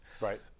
right